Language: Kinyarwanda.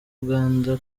uganda